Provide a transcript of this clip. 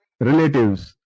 relatives